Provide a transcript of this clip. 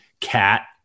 cat